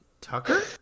Tucker